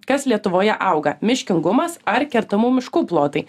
kas lietuvoje auga miškingumas ar kertamų miškų plotai